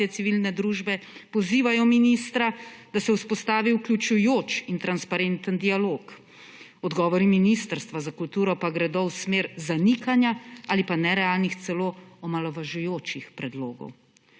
civilne družbe pozivajo ministra, da se vzpostavi vključujoč in transparenten dialog. Odgovori Ministrstva za kulturo pa gredo v smer zanikanja ali pa nerealnih, celo omalovažujočih predlogov.